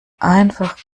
einfach